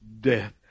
death